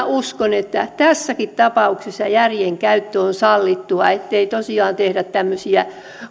uskon että tässäkin tapauksessa järjen käyttö on sallittua ettei tosiaan tehdä tämmöisiä